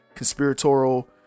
conspiratorial